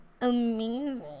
amazing